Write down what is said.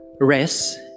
rest